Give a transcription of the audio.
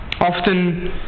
Often